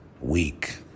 weak